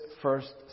first